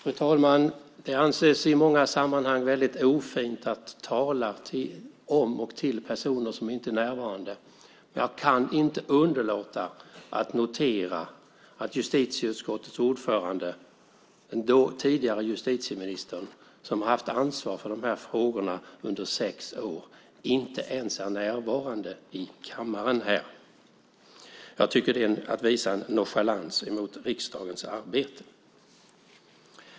Fru talman! Det anses i många fall väldigt ofint att tala om och till personer som inte är närvarande. Men jag kan inte underlåta att notera att justitieutskottets ordförande, den tidigare justitieministern som har haft ansvar för de här frågorna under sex år, inte ens är närvarande här i kammaren. Jag tycker att det är att visa en nonchalans mot riksdagens arbete.